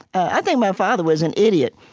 i think my father was an idiot.